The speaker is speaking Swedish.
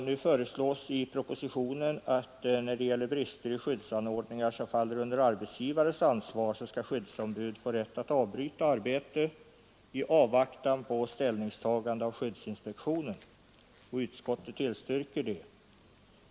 Nu föreslås i propositionen att när det gäller brister i skyddsanordningar som faller under arbetsgivares ansvar skall skyddsombud få rätt att avbryta arbete i avvaktan på ställningstagande av skyddsinspektionen. Utskottet tillstyrker detta.